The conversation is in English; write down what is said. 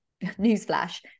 newsflash